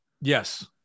Yes